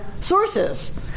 sources